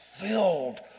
filled